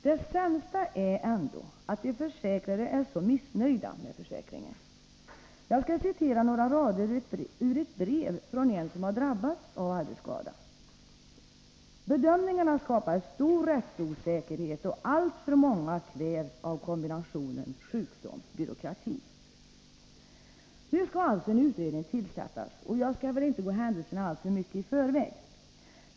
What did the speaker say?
Det sämsta är ändå att de försäkrade är så missnöjda med försäkringen. Jag vill citera några rader ur ett brev från en som drabbats av arbetsskada: ”bedömningarna skapar stor rättsosäkerhet och alltför många kvävs av kombinationen sjukdom/byråkrati”. Nu skall alltså en utredning tillsättas, och jag skall väl inte gå händelserna alltför mycket i förväg.